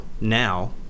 now